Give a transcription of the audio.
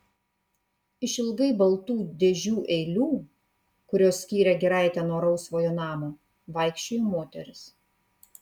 išilgai baltų dėžių eilių kurios skyrė giraitę nuo rausvojo namo vaikščiojo moteris